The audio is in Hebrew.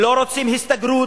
ולא רוצים הסתגרות,